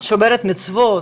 שומרת מצוות